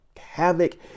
havoc